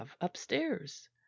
upstairs